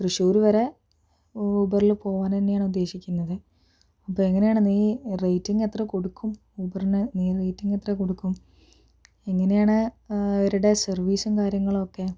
തൃശൂർ വരെ ഊബറില് പോകാന് തന്നെയാണ് ഉദ്ദേശിക്കുന്നത് അപ്പോൾ എങ്ങനെയാണ് നീ റേറ്റിംഗ് എത്ര കൊടുക്കും ഊബറിന് നീ റേറ്റിംഗ് എത്ര കൊടുക്കും എങ്ങനെയാണ് അവരുടെ സർവീസും കാര്യങ്ങളൊക്കെ